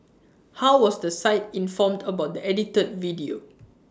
how was the site informed about the edited video